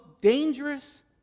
dangerous